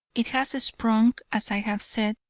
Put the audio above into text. it has sprung, as i have said,